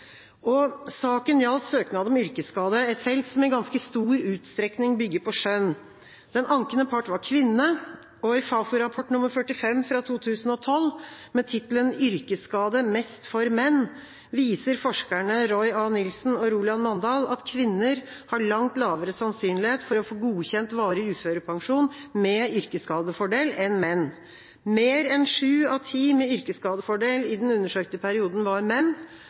Saken gjaldt søknad om yrkesskade, et felt som i ganske stor utstrekning bygger på skjønn. Den ankende part var kvinne. I Fafo-rapport nr. 45 fra 2012, med tittelen «Yrkesskade – mest for menn?», viser forskerne Roy A. Nielsen og Roland Mandal at kvinner har langt lavere sannsynlighet for å få godkjent varig uførepensjon med yrkesskadefordel enn menn. Mer enn sju av ti med yrkesskadefordel i den undersøkte perioden var menn.